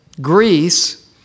Greece